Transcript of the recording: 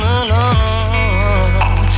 alone